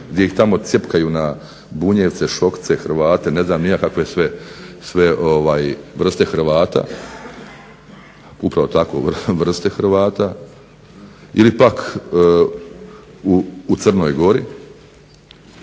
gdje ih tamo cjepkaju na Bunjevce, Šokce, Hrvate ne znam ni ja kakve sve vrste Hrvata upravo takve vrste Hrvata ili pak u Crnoj gori,